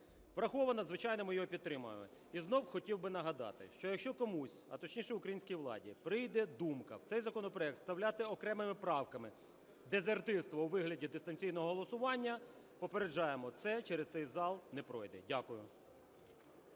враховано, звичайно, ми його підтримаємо. І знов хотів би нагадати, що якщо комусь, а точніше українській владі, прийде думка в цей законопроект вставляти окремими правками дезертирство у вигляді дистанційного голосування, попереджаємо, це через цей за не пройде. Дякую.